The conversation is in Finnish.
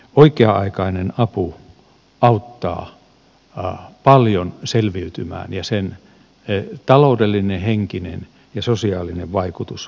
oikea aikainen apu auttaa paljon selviytymään ja sen taloudellinen henkinen ja sosiaalinen vaikutus on merkittävä